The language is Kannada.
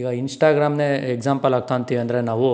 ಇವಾಗ ಇನ್ಸ್ಟಾಗ್ರಾಮ್ನೇ ಎಕ್ಸಾಂಪಲಾಗ್ ತಗೊಂತೀವಂದರೆ ನಾವು